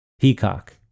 Peacock